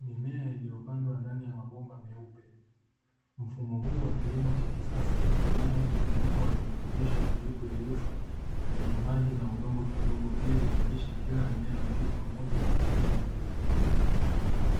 Mimea iliyo pandwa ndani ya mabomba meupe. Mfumo huu wa kilimo cha kisasa, hutumia mchanganyiko wa virutubisho vilivyoyeyushwa kwenye maji na udongo kidogo, ili kulisha kila mmea moja kwa moja kupitia mzizi.